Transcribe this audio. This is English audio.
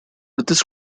buddhist